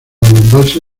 embalse